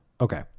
Okay